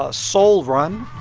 ah soul run.